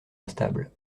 instables